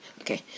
Okay